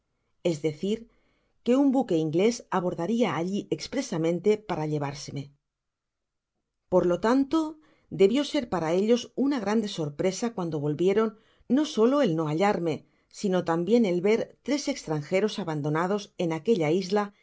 es decir que un buqtíe ingles abordaria allí espresamente para llevárseme por le tanto debió ser para ellos una grande sorpresa cuando volvieron no solo el no hallarme sino también al ver tres estratigeros abandonados en aquella isla